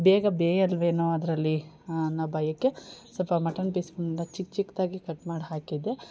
ಬೇಗ ಬೇಯೋಲ್ವೇನೋ ಅದರಲ್ಲಿ ಅನ್ನೋ ಭಯಕ್ಕೆ ಸ್ವಲ್ಪ ಮಟನ್ ಪೀಸ್ಗಳನ್ನ ಚಿಕ್ಕ ಚಿಕ್ದಾಗಿ ಕಟ್ ಮಾಡಿ ಹಾಕಿದ್ದೆ